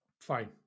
fine